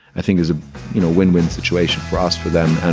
i think it's a win-win situation for us, for them and